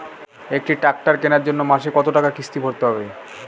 একটি ট্র্যাক্টর কেনার জন্য মাসে কত টাকা কিস্তি ভরতে হবে?